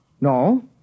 No